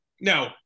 now